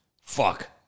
fuck